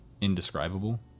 indescribable